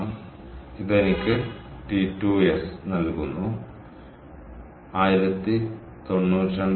അതിനാൽ ഇത് എനിക്ക് T2s നൽകുന്നു 1092